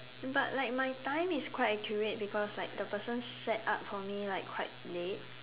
but like my time is quite accurate because like the person set up for me like quite late